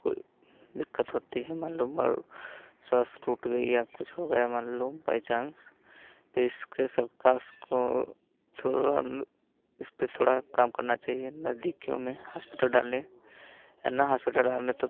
कोई दिक्कत होती है मान लो मर स्वास टूट गई या कुछ हो गया मान लो बाई चांस तो इसके सरकार को थोड़ा मतलब इसपे थोड़ा काम करना चाहिए नज़दीकियों में हॉस्पिटल डालें या ना हॉस्पिटल डालें तो